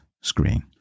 screen